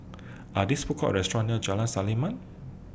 Are These Food Courts restaurants near Jalan Selimang